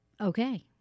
Okay